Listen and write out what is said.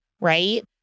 right